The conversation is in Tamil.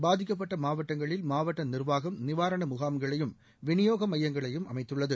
பாதிக்கப்பட்ட மாவட்டங்களில் மாவட்ட நிர்வாகம் நிவாரண முகாம்களையும் விநியோக மையங்களையும் அமைத்துள்ளது